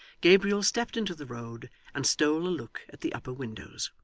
gabriel stepped into the road, and stole a look at the upper windows.